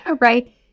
right